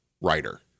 writer